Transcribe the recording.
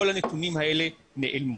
כל הנתונים האלה נעלמו.